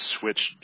switch